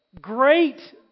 great